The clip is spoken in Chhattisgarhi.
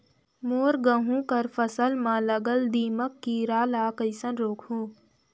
मोर गहूं कर फसल म लगल दीमक कीरा ला कइसन रोकहू?